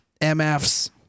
MF's